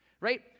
right